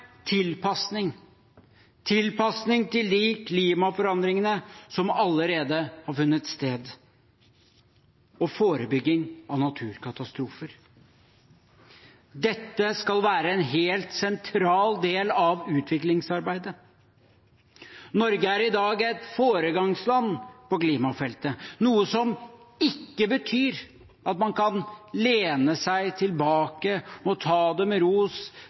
tilpasning, tilpasning til de klimaforandringene som allerede har funnet sted, og forebygging av naturkatastrofer. Dette skal være en helt sentral del av utviklingsarbeidet. Norge er i dag et foregangsland på klimafeltet, noe som ikke betyr at man kan lene seg tilbake og ta det med